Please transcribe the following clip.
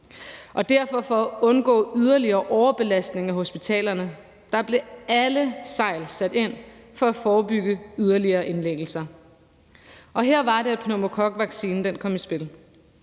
Og for at undgå yderligere overbelastning af hospitalerne blev alle sejl derfor sat ind for at forebygge yderligere indlæggelser, og her var det, pneumokokvaccinen kom i spil,